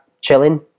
chilling